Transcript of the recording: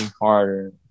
harder